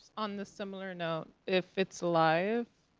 on the similar note, if it's live,